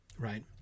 Right